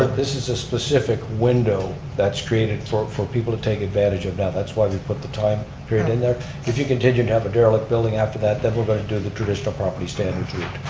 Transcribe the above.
this is a specific window that's created for for people to take advantage of, yeah that's why we put the time period in there. if you continue to have a derelict building after that, then we're going to do the traditionally property standards route.